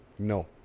No